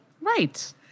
Right